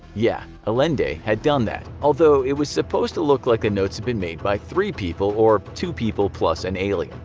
yeah ah allende had done that, although it was supposed to look like the notes had been made by three people, or two people plus an alien.